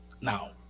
Now